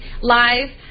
live